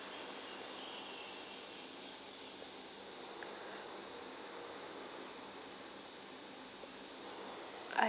I